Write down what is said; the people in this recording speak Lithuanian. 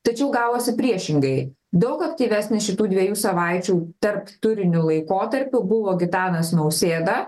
tačiau gavosi priešingai daug aktyvesnė šitų dviejų savaičių tarp turiniu laikotarpiu buvo gitanas nausėda